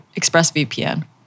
ExpressVPN